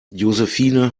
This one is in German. josephine